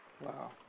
Wow